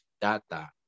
data